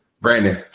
Brandon